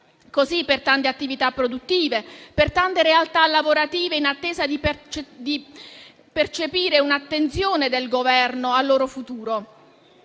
per tante attività produttive, per tante realtà lavorative in attesa di percepire un'attenzione del Governo al loro futuro.